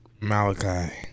Malachi